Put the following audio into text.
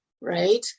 right